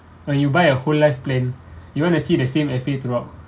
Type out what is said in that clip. when you buy a whole life plan you want to see the same F_A throughout